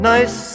Nice